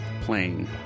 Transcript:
playing